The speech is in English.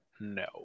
no